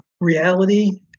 reality